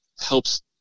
helps